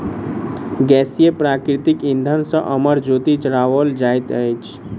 गैसीय प्राकृतिक इंधन सॅ अमर ज्योति जराओल जाइत अछि